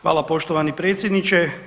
Hvala poštovani predsjedniče.